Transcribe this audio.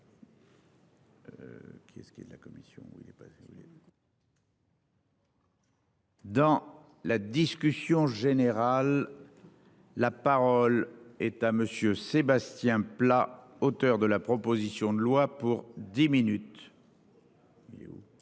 Dans la discussion générale. La parole est à monsieur Sébastien Pla, auteur de la proposition de loi pour 10 minutes.